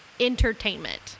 entertainment